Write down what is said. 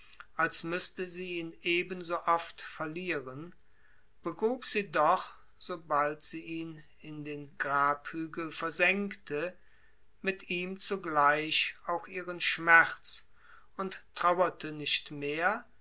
als müßte sie ihn eben so oft verlieren begrub sie doch sobald sie ihn in den grabhügel versenkte mit ihm zugleich auch ihren schmerz und trauerte nicht mehr